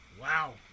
Wow